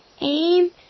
Aim